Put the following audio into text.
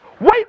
Wait